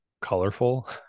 colorful